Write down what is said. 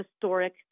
historic